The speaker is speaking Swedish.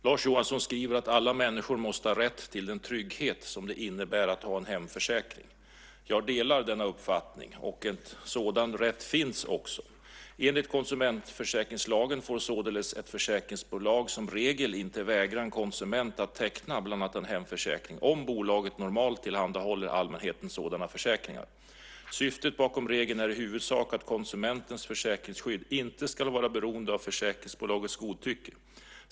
Lars Johansson skriver att alla människor måste ha rätt till den trygghet som det innebär att ha en hemförsäkring. Jag delar denna uppfattning och en sådan rätt finns också. Enligt konsumentförsäkringslagen får således ett försäkringsbolag som regel inte vägra en konsument att teckna bland annat en hemförsäkring, om bolaget normalt tillhandahåller allmänheten sådana försäkringar. Syftet bakom regeln är i huvudsak att konsumentens försäkringsskydd inte ska vara beroende av försäkringsbolagets godtycke.